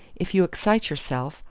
if you excite yourself,